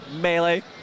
Melee